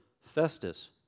Festus